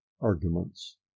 arguments